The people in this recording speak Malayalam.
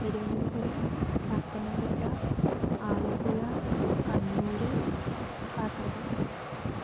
തിരുവനന്തപുരം പത്തനംതിട്ട ആലപ്പുഴ കണ്ണൂർ കാസർഗോട്